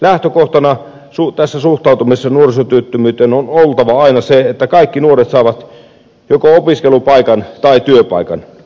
lähtökohtana tässä suhtautumisessa nuorisotyöttömyyteen on oltava aina se että kaikki nuoret saavat joko opiskelupaikan tai työpaikan